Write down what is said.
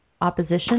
opposition